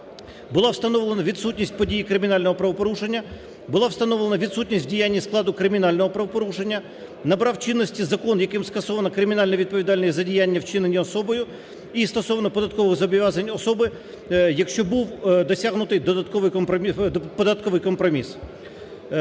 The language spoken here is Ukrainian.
Була встановлена відсутність подій кримінального правопорушення; була встановлена відсутність діяння складу кримінального правопорушення; набрав чинності закон, яким скасовано кримінальну відповідальність за діяння, вчинені особою. І стосовно податкових зобов'язань особи, якщо був досягнутий додатковий податковий